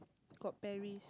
got Paris